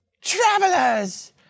Travelers